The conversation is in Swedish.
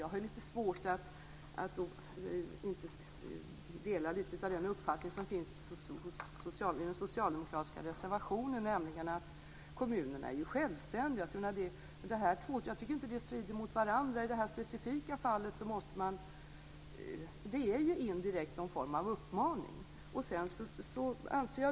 Jag har lite svårt att inte dela den uppfattning som finns i den socialdemokratiska reservationen om att kommunerna är självständiga. Jag tycker inte att det strider mot varandra. I det här specifika fallet är det indirekt en form av uppmaning.